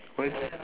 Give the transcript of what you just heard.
what